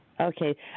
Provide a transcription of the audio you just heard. Okay